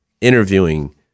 interviewing